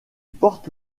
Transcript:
porte